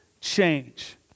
change